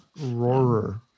Roarer